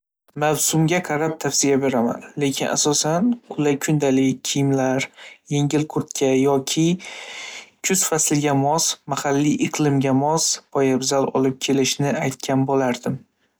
Mavsumga qarab tavsiya beraman, lekin asosan qulay kundalik kiyimlar, yengil kurtka yoki kuz fasliga mos, mahalliy iqlimga mos poyabzal olib kelishini aytgan bo‘lardim.